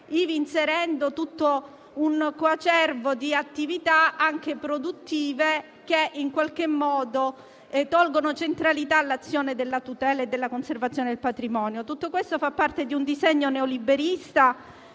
inserendo un coacervo di attività, anche produttive, che sottraggono centralità all'azione di tutela e conservazione del patrimonio. Tutto questo fa parte di un disegno neoliberista